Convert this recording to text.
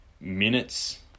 minutes